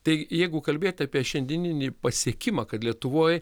tai jeigu kalbėt apie šiandieninį pasiekimą kad lietuvoj